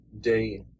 day